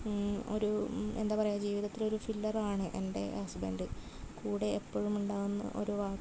ഒരു എന്താണ് പറയുക ജീവിതത്തിലെ ഒരു ഫില്ലർ ആണ് എൻ്റെ ഹസ്ബൻ്റ് കൂടെ എപ്പോഴും ഉണ്ടാവും എന്ന് ഒരു വാക്ക്